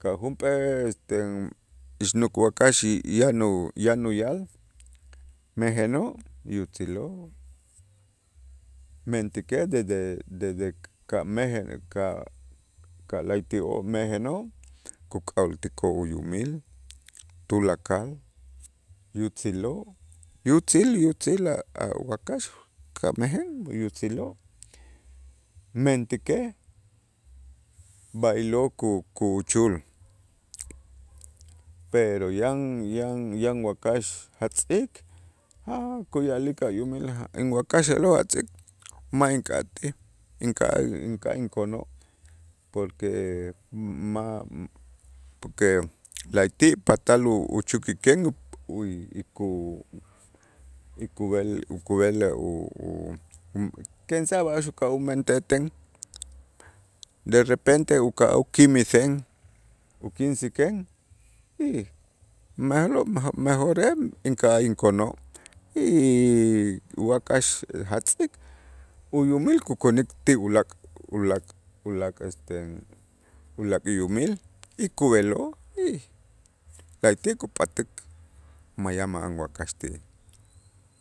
ka' junp'ee este ixnuk wakax y- yan u- yan u- uyal mejenoo' yutziloo', mentäkej desde desde ka' meje ka' ka' la'ayti'oo' mejenoo' kuk'a'ooltikoo' uyimil tulakal yutziloo' yutzil yutzil a' wakax ka' mejen yutziloo', mentäkej b'aylo' ku- kuchul, pero yan yan yan wakax jach tz'iik a' kuya'lik a' yumilej inwakax a'lo' a' tz'iik ma' ink'atij inka'aj inka'aj inkono' porque ma' que la'ayti' patal u- uchukiken ukub'el ukub'el kensaj b'a'ax uka'aj umentejten, derrepente uka'aj ukimisen, ukinsiken y ma'lo' mejore inka'aj inkono' y wakax jatz' tz'iik uyumil kukonik ti ulaak' ulaak' ulaak' este ulaak' uyumil y kub'eloo' y la'ati' kup'ätik ma' yan ma'an wakax ti'ij.